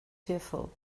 fearful